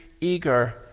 eager